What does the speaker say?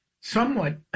somewhat